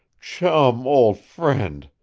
chum, old friend!